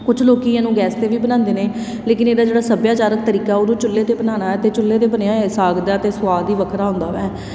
ਕੁਛ ਲੋਕ ਇਹਨੂੰ ਗੈਸ 'ਤੇ ਵੀ ਬਣਾਉਂਦੇ ਨੇ ਲੇਕਿਨ ਇਹਦਾ ਜਿਹੜਾ ਸੱਭਿਆਚਾਰਕ ਤਰੀਕਾ ਉਹਨੂੰ ਚੁੱਲ੍ਹੇ 'ਤੇ ਬਣਾਉਣਾ ਹੈ ਅਤੇ ਚੁੱਲ੍ਹੇ 'ਤੇ ਬਣਿਆ ਹੋਇਆ ਸਾਗ ਦਾ ਤਾਂ ਸਵਾਦ ਹੀ ਵੱਖਰਾ ਹੁੰਦਾ ਵੈ